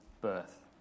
birth